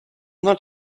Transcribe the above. not